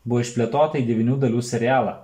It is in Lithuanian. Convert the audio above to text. buvo išplėtota į devynių dalių serialą